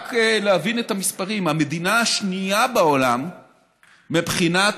רק להבין את המספרים המדינה השנייה בעולם מבחינת